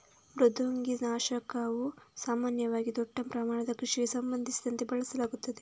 ಮೃದ್ವಂಗಿ ನಾಶಕವು ಸಾಮಾನ್ಯವಾಗಿ ದೊಡ್ಡ ಪ್ರಮಾಣದ ಕೃಷಿಗೆ ಸಂಬಂಧಿಸಿದಂತೆ ಬಳಸಲಾಗುತ್ತದೆ